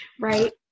right